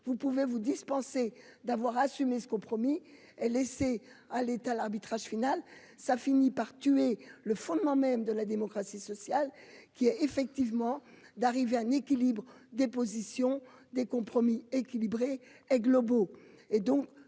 vous pouvez vous dispenser d'avoir assumé ce compromis est laissé à l'état l'arbitrage final ça finit par tuer le fondement même de la démocratie sociale qui est effectivement d'arriver à un équilibre dépositions des compromis équilibrés et globaux